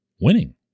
Winning